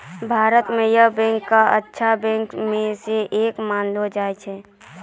भारत म Yes Bank क अच्छा बैंक म स एक मानलो जाय छै